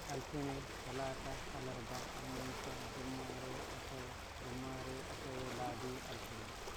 Altine, talata, alarba, almahisa, jummare, asawe, jummare, asawe, ladi, altine.